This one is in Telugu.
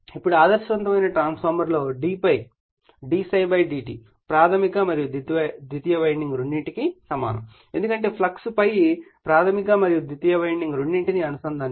ఇప్పుడు ఆదర్శవంతమైన ట్రాన్స్ఫార్మర్లో d∅ d ψ dt ప్రాధమిక మరియు ద్వితీయ వైండింగ్ రెండింటికీ సమానం ఎందుకంటే ఫ్లక్స్ ∅ ప్రాధమిక మరియు ద్వితీయ వైండింగ్ రెండింటినీ అనుసంధానిస్తుంది